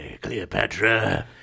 Cleopatra